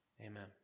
amen